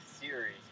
series